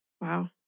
Wow